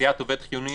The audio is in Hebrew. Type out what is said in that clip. ביציאת עובד חיוני.